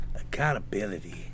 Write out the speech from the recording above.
Accountability